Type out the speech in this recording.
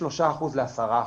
מ-3% ל-10%,